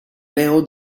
neu